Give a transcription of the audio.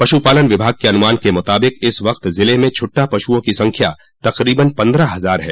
पश्पालन विभाग के अनुमान के मुताबिक इस वक्त ज़िले में छुट्टा पशुओं की संख्या तकरीबन पन्द्रह हजार है